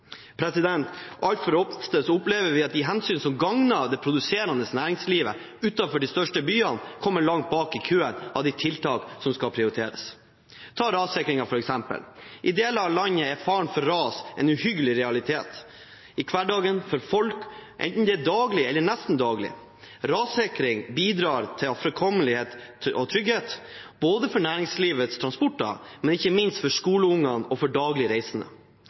Altfor ofte opplever vi at de hensynene som gagner det produserende næringslivet utenfor de største byene, kommer langt bak i køen av tiltak som skal prioriteres. Ta rassikring som eksempel: I deler av landet er faren for ras en uhyggelig realitet i folks hverdag, enten daglig eller nesten daglig. Rassikring bidrar til framkommelighet og trygghet, både for næringslivets transporter og ikke minst for skoleunger og daglig reisende.